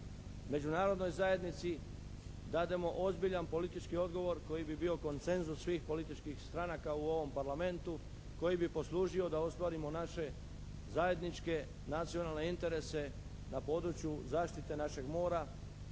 međunarodnoj zajednici dademo ozbiljan politički odgovor koji bi bio koncenzus svih političkih stranaka u ovom Parlamentu koji bi poslužio da ostvarimo naše zajedničke nacionalne interese na području zaštite našeg mora,